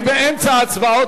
אני באמצע ההצבעות,